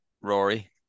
Rory